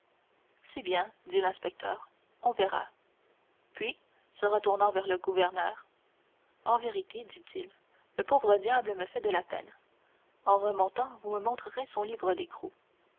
c'est bien dit l'inspecteur on verra puis se retournant vers le gouverneur en vérité dit-il le pauvre diable me fait de la peine en remontant vous me montrerez son livre d'écrou